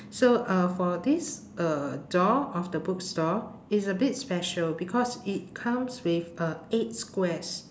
so uh for this uh door of the bookstore it's a bit special because it comes with uh eight squares